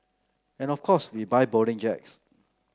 and of course we buy Boeing